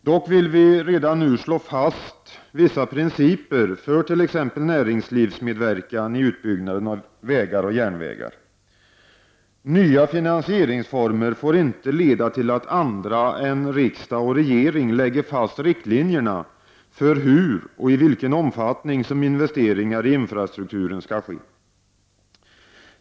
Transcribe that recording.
Dock vill vi redan nu slå fast vissa principer för t.ex. näringslivsmedverkan i utbyggnaden av vägar och järnvägar. Nya finansieringsformer får inte leda till att andra än riksdag och regering lägger fast riktlinjerna för hur och i vilken omfattning som investeringar i infrastrukturen skall ske.